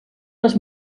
les